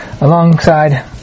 alongside